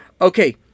Okay